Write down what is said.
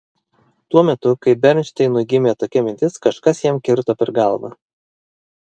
tuo metu kai bernšteinui gimė tokia mintis kažkas jam kirto per galvą